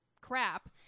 crap